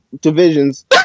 divisions